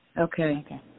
Okay